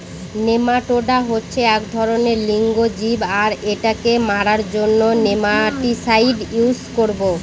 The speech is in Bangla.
নেমাটোডা হচ্ছে এক ধরনের এক লিঙ্গ জীব আর এটাকে মারার জন্য নেমাটিসাইড ইউস করবো